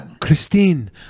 Christine